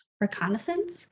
reconnaissance